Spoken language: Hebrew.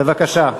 בבקשה.